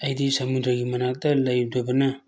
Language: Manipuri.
ꯑꯩꯗꯤ ꯁꯃꯨꯗ꯭ꯔꯒꯤ ꯃꯅꯥꯛꯇ ꯂꯩꯔꯨꯗꯕꯅ